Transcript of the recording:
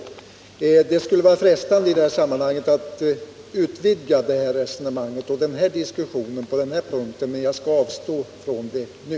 Det skulle vara frestande att utvidga resonemanget och diskussionen på denna punkt, men jag skall avstå från det nu.